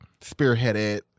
spearheaded